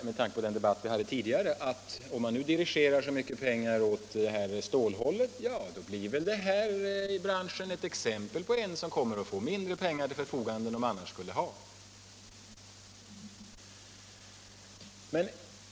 Med tanke på den debatt vi hade tidigare kan jag också påminna om att om man nu dirigerar så mycket pengar till stålindustrin så blir väl den här branschen en av de branscher som kommer att få mindre pengar till förfogande än den annars skulle ha haft.